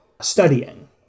studying